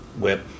Whip